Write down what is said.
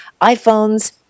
iPhones